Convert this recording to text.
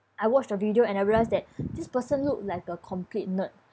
I watched a video and I realised that this person look like a complete nerd